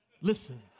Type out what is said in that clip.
listen